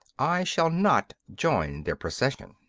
i shall not join their procession.